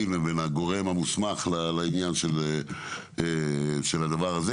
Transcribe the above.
לבין הגורם המוסמך לעניין של הדבר הזה,